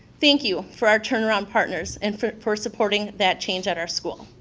thank you for our turnaround partners and for for supporting that change at our school.